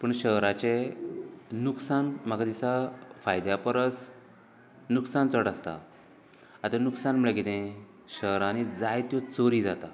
पूण शहरांचे नुकसान म्हाका दिसता फायद्या परस नुकसान चड आसता आता नुकसान म्हळ्यार कितें शहरांनी जायत्यो चोरी जातात